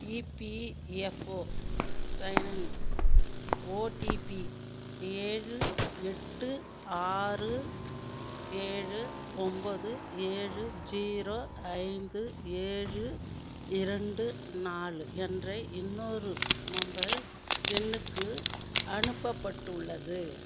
EPFO sign in OTP ஏழு எட்டு ஆறு ஏழு ஒம்போது ஏழு ஜீரோ ஐந்து ஏழு இரண்டு நாலு என்ற இன்னொரு மொபைல் எண்ணுக்கு அனுப்பப்பட்டுள்ளது